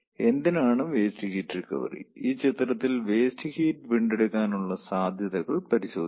എന്തിനാണ് waste heat recovery ഈ ചിത്രത്തിൽ വേസ്റ്റ് ഹീറ്റ് വീണ്ടെടുക്കാനുള്ള സാധ്യതകൾ പരിശോധിക്കാം